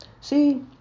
See